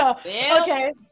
Okay